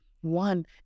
One